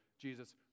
Jesus